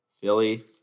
Philly